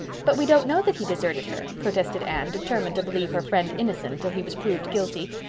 but we don't know that he deserted her, protested anne, determined to believe her friend innocent till he was proved guilty.